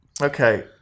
Okay